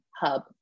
hub